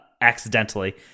accidentally